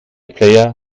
player